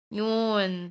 yun